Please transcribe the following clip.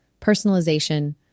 personalization